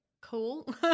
cool